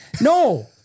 No